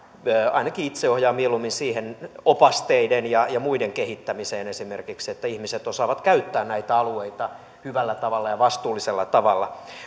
ainakin itse ohjaan mieluummin siihen opasteiden ja ja muiden kehittämiseen esimerkiksi että ihmiset osaavat käyttää näitä alueita hyvällä tavalla ja vastuullisella tavalla